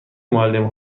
معلم